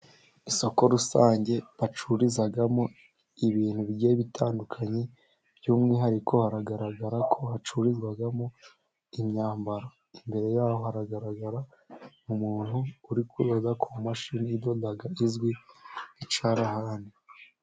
Isoko rusange bacururizamo ibintu bigiye bitandukanye, by' umwihariko hagaragara ko hacururizwamo imyambaro, imbere yaho haragaragara umuntu uri kureba ku mashini idoda izwi" icarahani".